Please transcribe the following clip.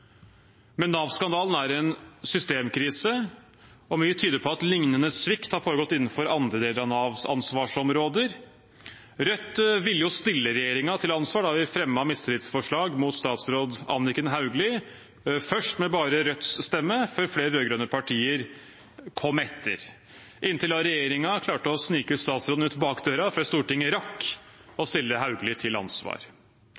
Men Nav-skandalen er en systemkrise, og mye tyder på at lignende svikt har foregått innenfor andre deler av Navs ansvarsområder. Rødt ville jo stille regjeringen til ansvar da vi fremmet mistillitsforslag mot statsråd Anniken Hauglie, først med bare Rødts stemme, før flere rød-grønne partier kom etter – inntil regjeringen klarte å snike statsråden ut bakdøren før Stortinget rakk